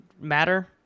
matter